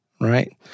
right